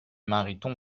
mariton